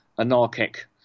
anarchic